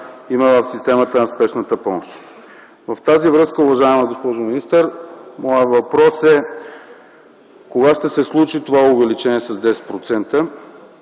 има в системата на Спешната помощ. В тази връзка, уважаема госпожо министър, моят въпрос е: кога ще се случи това увеличение с 10%